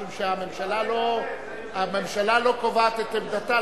משום שהממשלה לא קובעת את עמדתה.